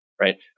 right